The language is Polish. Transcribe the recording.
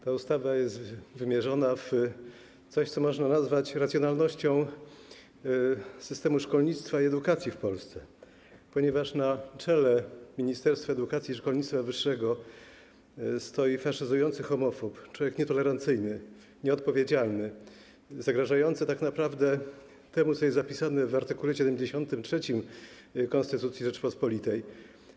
Ta ustawa jest wymierzona w coś, co można nazwać racjonalnością systemu szkolnictwa i edukacji w Polsce, ponieważ na czele ministerstwa edukacji i szkolnictwa wyższego stoi faszyzujący homofob, człowiek nietolerancyjny, nieodpowiedzialny, zagrażający tak naprawdę temu, co jest zapisane w art. 73 Konstytucji Rzeczypospolitej Polskiej.